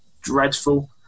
dreadful